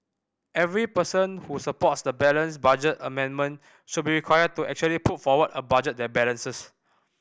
every person who supports the balanced budget amendment should be required to actually put forward a budget that balances